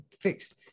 fixed